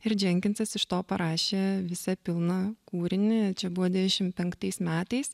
ir dženkinsas iš to parašė visa pilna kūrinį čia buvo devišim penktais metais